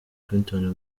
clinton